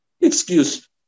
excuse